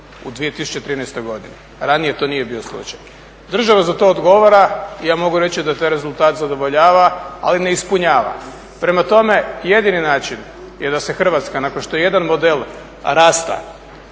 u 2013. godini. Ranije to nije bio slučaj. Država za to odgovara i ja mogu reći da taj rezultat zadovoljava ali ne ispunjavanja. Prema tome, jedini način je da se Hrvatska nakon što jedan model rasta